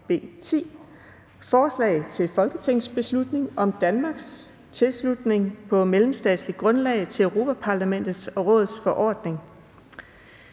B 10: Forslag til folketingsbeslutning om Danmarks tilslutning på mellemstatsligt grundlag til Europa-Parlamentets og Rådets forordning